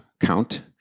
count